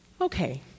Okay